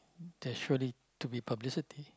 there's surely to be publicity